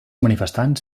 manifestants